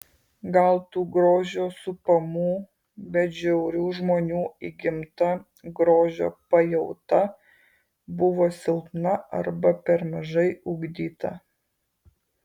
gal tų grožio supamų bet žiaurių žmonių įgimta grožio pajauta buvo silpna arba per mažai ugdyta